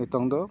ᱱᱚᱤᱛᱚᱝ ᱫᱚ